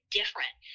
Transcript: different